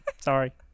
Sorry